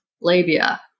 labia